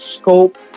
scope